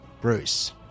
Bruce